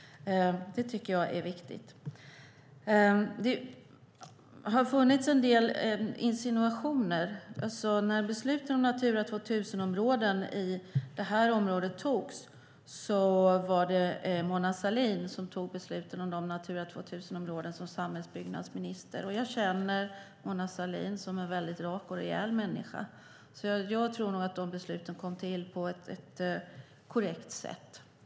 Det tycker jag är viktigt. Det har funnits en del insinuationer. När det gäller besluten om Natura 2000-områden i det här området var det Mona Sahlin som tog dem som samhällsbyggnadsminister. Jag känner Mona Sahlin som en rak och rejäl människa. Därför tror jag nog att de besluten kom till på ett korrekt sätt.